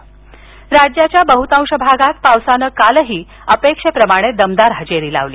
पाऊस राज्याच्या बह्तांश भागात पावसानं कालही अपेक्षेप्रमाणे दमदार हजेरी लावली